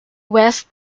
west